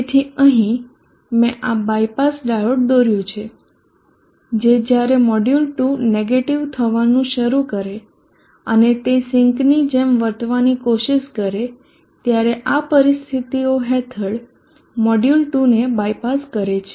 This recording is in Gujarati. તેથી અહીં મેં આ બાયપાસ ડાયોડ દોર્યું છે જે જ્યારે મોડ્યુલ 2 નેગેટીવ થવા નું શરુ કરે અને તે સિંક ની જેમ વર્તવાની કોશિશ કરે ત્યારે આ પરિસ્થિતિઓ હેઠળ મોડ્યુલ 2 ને બાયપાસ કરે છે